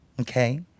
Okay